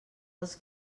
els